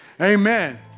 Amen